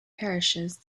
parishes